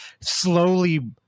slowly